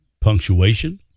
punctuation